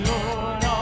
Lord